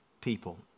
people